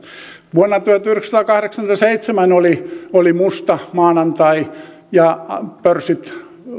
vuonna tuhatyhdeksänsataakahdeksankymmentäseitsemän oli oli musta maanantai ja pörssit